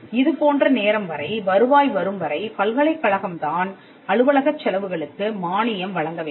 இதுபோன்ற நேரம் வரை வருவாய் வரும் வரை பல்கலைக்கழகம் தான் அலுவலகச் செலவுகளுக்கு மானியம் வழங்க வேண்டும்